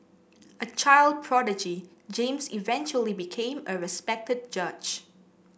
a child prodigy James eventually became a respected judge